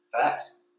facts